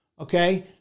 okay